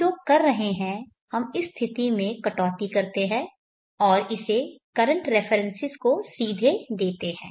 हम जो कर रहे हैं हम इस स्थिति में कटौती करते हैं और इसे करंट रेफरेंसेस को सीधे देते हैं